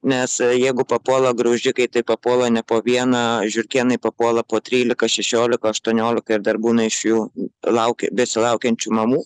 nes jeigu papuola graužikai tai papuola ne po vieną žiurkėnai papuola po trylika šešiolika aštuoniolika ir dar būna iš jų laukia besilaukiančių mamų